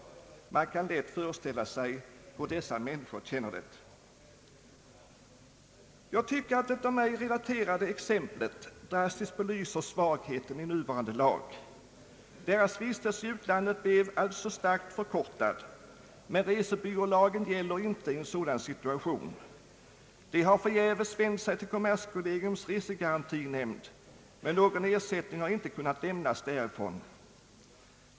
Man kan lätt föreställa sig hur dessa människor känner det. Jag tycker att det av mig relaterade exemplet drastiskt belyser svagheten i nuvarande lag. Vistelsen i utlandet blev alltså starkt förkortad, men resebyrålagen gäller inte i en sådan situation. Resenärerna har förgäves vänt sig till kommerskollegiums resegarantinämnd, men någon ersättning har inte kunnat lämnas därifrån.